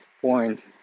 point